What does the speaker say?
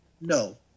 No